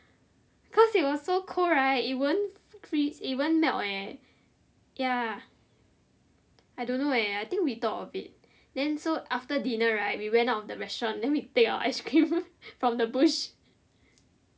cause it was so cold right it won't freeze it won't melt leh ya I don't know leh I think we thought of it then so after dinner right we went out of the restaurant then we take our ice cream from the bush